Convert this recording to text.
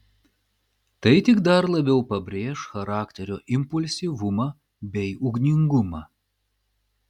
tai tik dar labiau pabrėš charakterio impulsyvumą bei ugningumą